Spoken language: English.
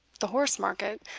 the horse-market,